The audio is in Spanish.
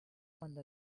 cuando